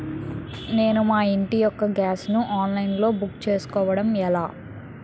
నేను మా ఇంటి యెక్క గ్యాస్ ను ఆన్లైన్ లో బుక్ చేసుకోవడం ఎలా?